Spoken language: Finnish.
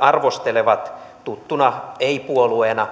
arvostelevat tuttuna ei puolueena